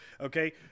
okay